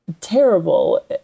terrible